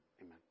amen